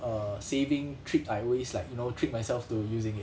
err saving trick I always like you know trick myself to using it